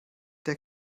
der